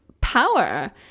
power